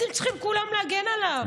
אתם צריכים כולם להגן עליו.